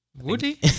Woody